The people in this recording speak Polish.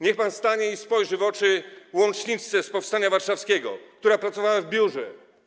Niech pan stanie i spojrzy w oczy łączniczce z powstania warszawskiego, która pracowała w biurze.